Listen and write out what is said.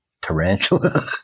tarantula